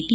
T